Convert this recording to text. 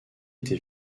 été